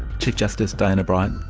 chief justice diana bryant,